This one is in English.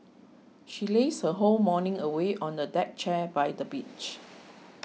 she lazed her whole morning away on the deck chair by the beach